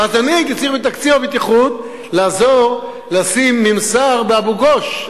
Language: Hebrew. ואני הייתי צריך מתקציב הבטיחות לעזור לשים ממסר באבו-גוש,